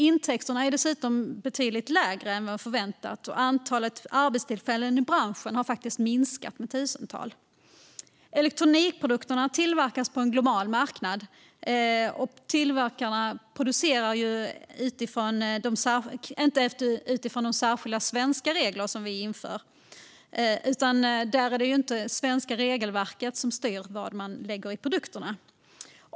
Dessutom är intäkterna betydligt lägre än förväntat, och antalet arbetstillfällen i branschen har minskat med tusental. Elektronikprodukterna tillverkas på en global marknad, och tillverkarna producerar inte utifrån särskilda svenska regler som vi inför. Det är inte det svenska regelverket som styr vad de lägger i produkterna.